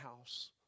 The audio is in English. house